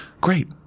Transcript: Great